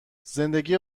زندگی